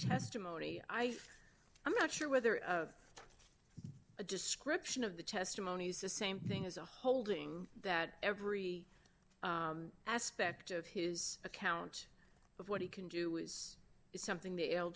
estimony i am not sure whether a description of the testimony is the same thing as a holding that every aspect of his account of what he can do is something t